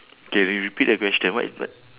K you repeat the question what is what